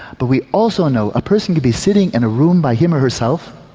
but we also know a person could be sitting in a room by him or herself,